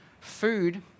food